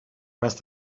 rest